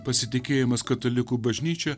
pasitikėjimas katalikų bažnyčia